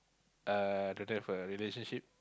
uh don't have a relationship